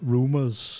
Rumors